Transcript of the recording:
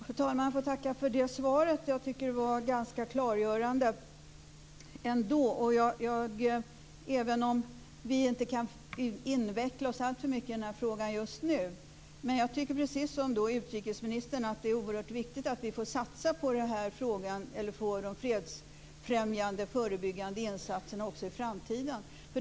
Fru talman! Jag får tacka för det svaret. Jag tycker att det var ganska klargörande, även om vi inte kan inveckla oss alltför mycket i den här frågan just nu. Jag tycker, precis som utrikesministern, att det är oerhört viktigt att vi får satsa på de fredsfrämjande, förebyggande insatserna också i framtiden.